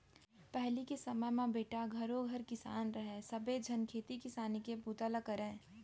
पहिली के समे म बेटा घरों घर किसान रहय सबे झन खेती किसानी के बूता ल करयँ